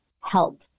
help